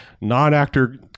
non-actor